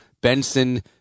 Benson